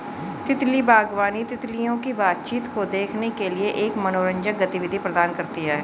तितली बागवानी, तितलियों की बातचीत को देखने के लिए एक मनोरंजक गतिविधि प्रदान करती है